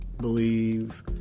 believe